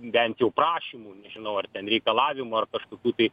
bent jau prašymų nežinau ar ten reikalavimų ar kažkokių tai